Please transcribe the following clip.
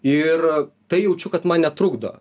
ir tai jaučiu kad man netrukdo